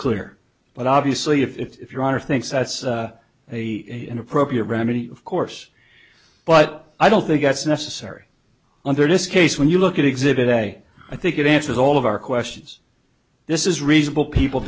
clear but obviously if your honor thinks that's a an appropriate remedy of course but i don't think that's necessary on their disc ace when you look at exhibit a i think it answers all of our questions this is reasonable people